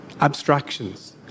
abstractions